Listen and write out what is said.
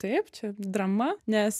taip čia drama nes